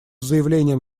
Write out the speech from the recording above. заявлением